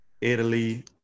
italy